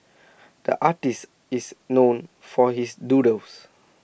the artist is known for his doodles